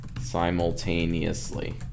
simultaneously